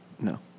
No